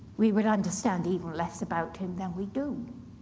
we would understand even less about him than we do.